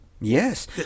Yes